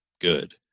good